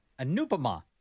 Anupama